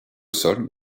sol